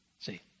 See